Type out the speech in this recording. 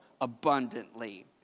abundantly